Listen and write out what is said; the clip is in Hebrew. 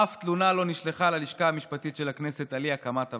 אף תלונה לא נשלחה ללשכה המשפטית של הכנסת על אי-הקמת הוועדות.